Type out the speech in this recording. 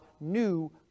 new